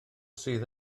sydd